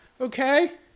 Okay